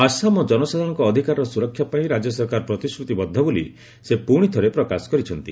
ଆସାମ ଜନସାଧାରଣଙ୍କ ଅଧିକାରର ସୁରକ୍ଷା ପାଇଁ ରାଜ୍ୟ ସରକାର ପ୍ରତିଶ୍ରତିବଦ୍ଧ ବୋଲି ସେ ପୁଶିଥରେ ପ୍ରକାଶ କରିଛନ୍ତି